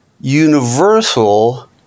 universal